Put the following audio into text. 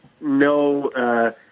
no